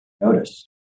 notice